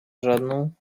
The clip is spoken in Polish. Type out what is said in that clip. żadną